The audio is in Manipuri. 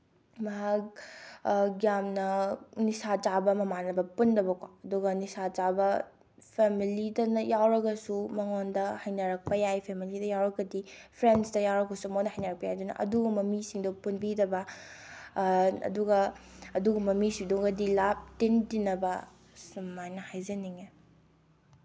ꯃꯍꯥꯛ ꯌꯥꯝꯅ ꯅꯤꯁꯥ ꯆꯥꯕ ꯃꯃꯥꯟꯅꯕ ꯄꯨꯟꯗꯕꯀꯣ ꯑꯗꯨꯒ ꯅꯤꯁꯥ ꯆꯥꯕ ꯐꯦꯃꯤꯂꯤꯗꯅ ꯌꯥꯎꯔꯒꯁꯨ ꯃꯉꯣꯟꯗ ꯍꯩꯅꯔꯛꯄ ꯌꯥꯏ ꯐꯦꯃꯤꯂꯤꯗ ꯌꯥꯎꯔꯒꯗꯤ ꯐ꯭ꯔꯦꯟꯁꯇ ꯌꯥꯎꯔꯒꯁꯨ ꯃꯉꯣꯟꯗ ꯍꯩꯅꯔꯛꯄ ꯌꯥꯏ ꯑꯗꯨꯅ ꯑꯗꯨꯒꯨꯝꯕ ꯃꯤꯁꯤꯡꯗꯨ ꯄꯨꯟꯕꯤꯗꯕ ꯑꯗꯨꯒ ꯑꯗꯨꯒꯨꯝꯕ ꯃꯤꯁꯤꯡꯗꯨꯒꯗꯤ ꯂꯥꯞꯇꯤꯟ ꯇꯤꯟꯅꯕ ꯁꯨꯃꯥꯏꯅ ꯍꯥꯏꯖꯅꯤꯡꯉꯦ